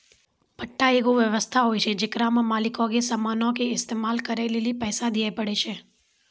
पट्टा एगो व्य्वस्था होय छै जेकरा मे मालिको के समानो के इस्तेमाल करै लेली पैसा दिये पड़ै छै